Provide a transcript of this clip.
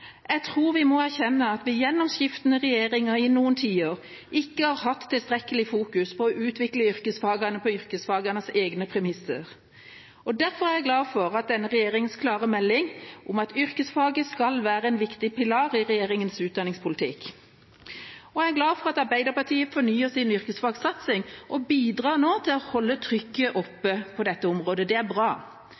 Jeg tror vi må erkjenne at vi gjennom skiftende regjeringer i noen tiår ikke har hatt tilstrekkelig fokus på å utvikle yrkesfagene på yrkesfagenes egne premisser. Derfor er jeg glad for denne regjeringas klare melding om at yrkesfagene skal være en viktig pilar i regjeringas utdanningspolitikk. Og jeg er glad for at Arbeiderpartiet har fornyet sin yrkesfagsatsing og nå bidrar til å holde trykket oppe på dette området. Det er bra.